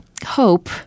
Hope